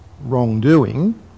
wrongdoing